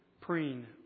preen